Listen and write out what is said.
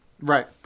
Right